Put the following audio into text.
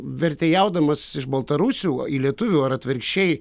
vertėjaudamas iš baltarusių į lietuvių ar atvirkščiai